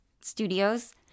studios